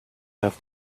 have